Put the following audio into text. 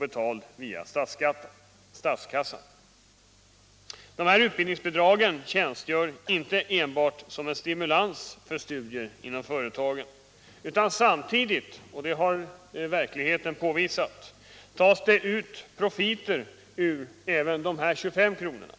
173 Dessa utbildningsbidrag tjänstgör inte enbart som en stimulans för studier inom företagen, utan samtidigt — det har verkligheten påvisat —- tas profiter ut ur även dessa 25-kronorsbidrag.